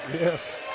Yes